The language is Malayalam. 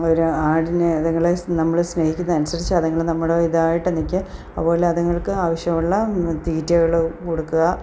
ഒരു ആടിനെ നിങ്ങൾ നമ്മൾ സ്നേഹിക്കുന്നത് അനുസരിച്ച് അതുങ്ങൾ നമ്മളെ ഇതായിട്ട് നിൽക്കും അതുപോലെ അതിങ്ങൾക്ക് ആവശ്യമുള്ള തീറ്റകൾ കൊടുക്കുക